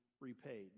repaid